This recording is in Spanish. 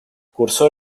cursó